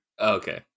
Okay